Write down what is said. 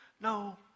no